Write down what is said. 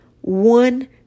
one